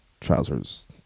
trousers